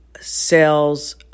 sales